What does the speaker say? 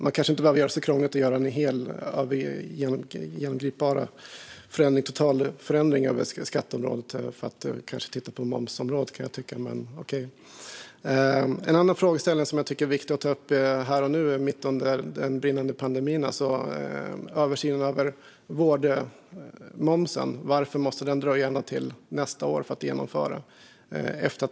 Man kanske inte behöver göra det så krångligt och göra en totalförändring på skatteområdet för att titta på momsområdet, kan jag tycka, men okej. En annan frågeställning som jag tycker att det är viktigt att ta upp här och nu, mitt under brinnande pandemi, är översynen av vårdmomsen. Varför måste genomförandet av den dröja ända till nästa år?